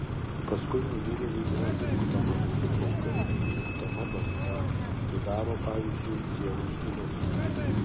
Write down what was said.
paskui numirėliui yra nuskutama visi plaukai nuskutama barzda tai daro pavyzdžiui tėvui sūnus